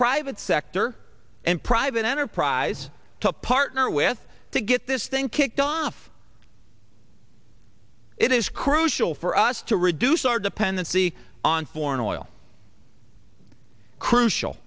private sector and private enterprise to partner with to get this thing kicked off it is crucial for us to reduce our dependency on foreign oil crucial